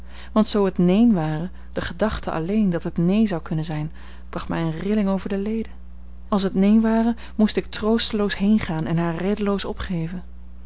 want zoo het neen ware de gedachte alleen dat het neen zou kunnen zijn bracht mij eene rilling over de leden als het neen ware moest ik troosteloos heengaan en haar reddeloos opgeven